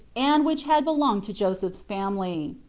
and which had belonged to joseph s family.